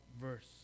verse